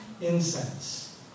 incense